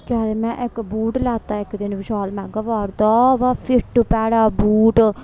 केह् आखदे में इक बूट लैता इक दिन विशाल मेगा मार्ट दा बा फिट्ट भैड़ा बूट